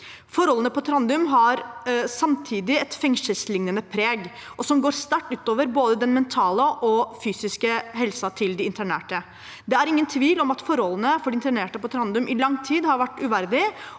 Forholdene på Trandum har samtidig et fengselsliknende preg, som går sterkt ut over både den mentale og fysiske helsen til de internerte. Det er ingen tvil om at forholdene for de internerte på Trandum i lang tid har vært uverdige,